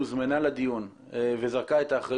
את האסיר